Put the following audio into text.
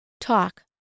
talk